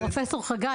פרופ' חגי,